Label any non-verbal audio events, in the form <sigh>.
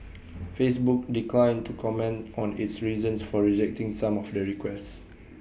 <noise> Facebook declined to comment on its reasons for rejecting some of the requests